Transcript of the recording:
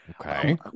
Okay